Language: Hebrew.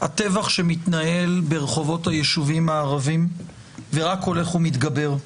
שמתנהל ברחובות היישובים הערביים ורק הולך ומתגבר.